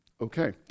Okay